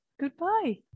Goodbye